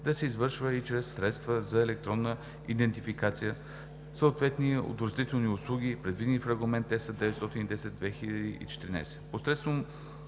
да се извършват и чрез средства за електронна идентификация, съответни удостоверителни услуги, предвидени в Регламент ЕС 910/2014.